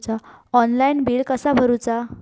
Online bill कसा करुचा?